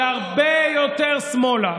זה הרבה יותר שמאלה.